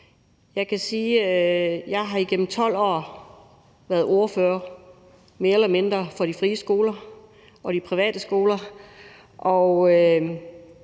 Jeg kan sige, at jeg igennem 12 år, mere eller mindre, har været ordfører for de frie skoler og de private skoler,